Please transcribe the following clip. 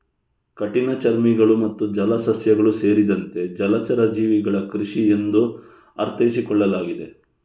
ಕಠಿಣಚರ್ಮಿಗಳು ಮತ್ತು ಜಲಸಸ್ಯಗಳು ಸೇರಿದಂತೆ ಜಲಚರ ಜೀವಿಗಳ ಕೃಷಿ ಎಂದು ಅರ್ಥೈಸಿಕೊಳ್ಳಲಾಗಿದೆ